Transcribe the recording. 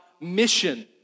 mission